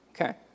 Okay